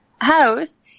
house